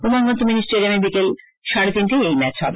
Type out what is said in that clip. Umakanta mini স্টেডিয়ামে বিকাল সাডে তিনটায় এই ম্যাচটি হবে